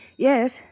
Yes